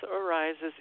arises